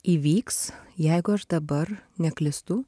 įvyks jeigu aš dabar neklystu